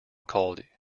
called